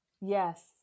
Yes